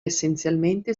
essenzialmente